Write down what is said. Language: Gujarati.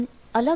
એલ